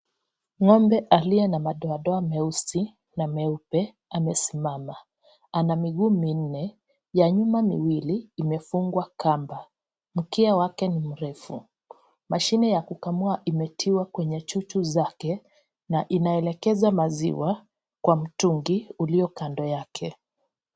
Ng'ombe aliye na madoadoa meusi na meupe amesimama. Ana miguu minne, ya nyuma miwili imefungwa kamba. Mkia wake ni mrefu. Mashine ya kukamua imetiwa kwenye chuchu zake na inaelekeza maziwa kwa mtungi ulio kando yake.